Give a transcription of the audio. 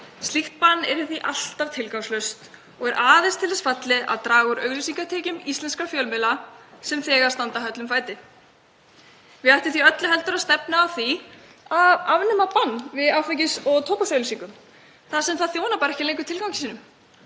Slíkt bann yrði því alltaf tilgangslaust og aðeins til þess fallið að draga úr auglýsingatekjum íslenskra fjölmiðla sem þegar standa höllum fæti. Við ættum því öllu heldur að stefna að því að afnema bann við áfengis- og tóbaksauglýsingum þar sem það þjónar ekki lengur tilgangi sínum